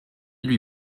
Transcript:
lui